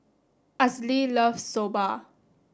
Azalee loves Soba